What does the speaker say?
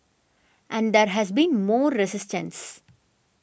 and there has been more resistance